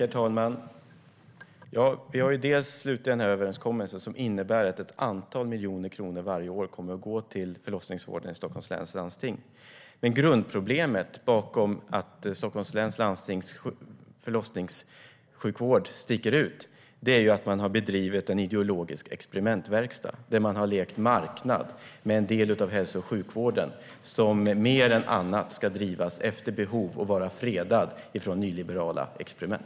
Herr talman! Vi har slutit en överenskommelse som innebär att ett antal miljoner kronor varje år kommer att gå till förlossningsvården i Stockholms läns landsting. Med grundproblemet bakom att Stockholms läns landstings förlossningsvård sticker ut är att man har bedrivit en ideologisk experimentverkstad där man har lekt marknad med en del av hälso och sjukvården som mer än andra ska drivas efter behov och vara fredad för nyliberala experiment.